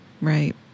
Right